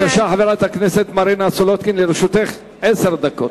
חברת הכנסת מרינה סולודקין, לרשותך עשר דקות.